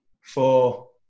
Four